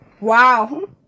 Wow